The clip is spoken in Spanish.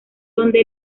donde